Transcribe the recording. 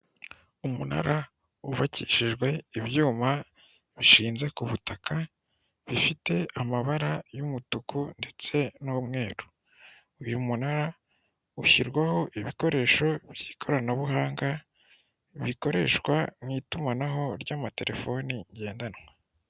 Umunara wubakishijwe ibyuma bishinze ku butaka bifite amabara y'umutuku ndetse n'umweru, uyu munara ushyirwaho ibikoresho by'ikoranabuhanga bikoreshwa mu itumanaho ry'amatelefoni ngendanwa.